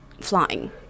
flying